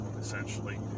essentially